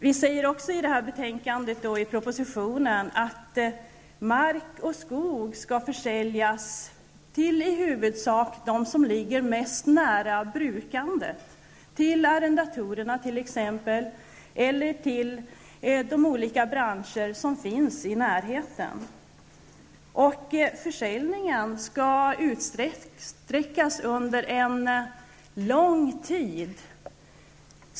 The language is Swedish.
Vi säger också i betänkandet och i propositionen att mark och skog skall säljas till i huvudsak dem som ligger närmast brukandet, t.ex. arrendatorer eller företag i branschen som finns i närheten. Försäljningen skall utsträckas under en lång tid.